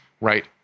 right